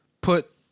Put